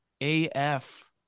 AF